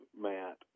Matt